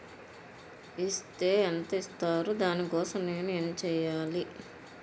Is తే ఎంత ఇస్తారు దాని కోసం నేను ఎంచ్యేయాలి?